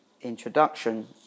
introduction